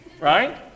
Right